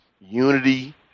unity